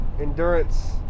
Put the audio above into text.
endurance